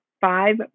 Five